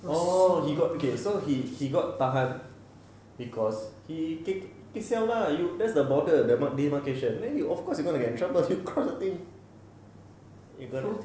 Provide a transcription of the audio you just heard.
oh he got to K so he he got tahan because he take itself lah you that's the border the demarcation then you of course he gonna get in trouble they cross the thing you got the